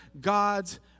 God's